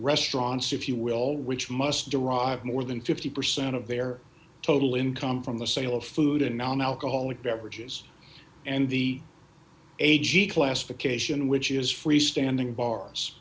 restaurants if you will which must derive more than fifty percent of their total income from the sale of food and nonalcoholic beverages and the a g classification which is free standing bars